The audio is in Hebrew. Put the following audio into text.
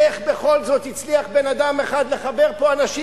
איך בכל זאת הצליח בן-אדם אחד לחבר פה אנשים?